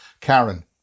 Karen